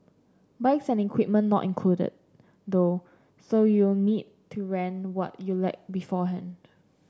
bikes and equipment not included though so you'll need to rent what you lack beforehand